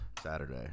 Saturday